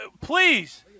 please